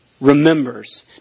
remembers